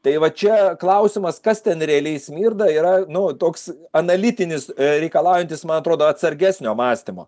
tai va čia klausimas kas ten realiai smirda yra nu toks analitinis ir reikalaujantis man atrodo atsargesnio mąstymo